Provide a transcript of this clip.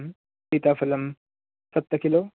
सीताफलं सप्तकिलो